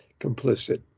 complicit